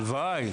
הלוואי.